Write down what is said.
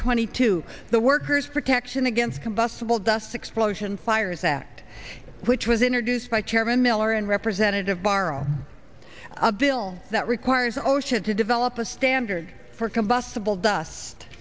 twenty two the workers protection against combustible dust explosion fires act which was introduced by chairman miller and representative borrow a bill that requires osha to develop a standard for